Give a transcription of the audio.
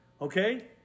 okay